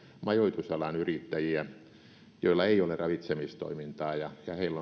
majoitusalan yrittäjiä joilla ei ole ravitsemistoimintaa ja heillä on varmasti ollut ihan